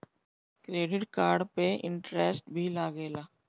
Credit card पे interest भी लागेला?